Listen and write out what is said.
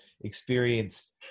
experienced